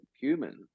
human